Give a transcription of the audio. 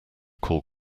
call